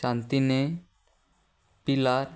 सांतीने पिलार